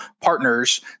partners